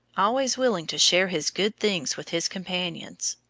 always willing to share his good things with his companions.